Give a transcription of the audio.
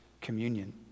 communion